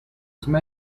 square